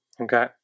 okay